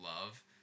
love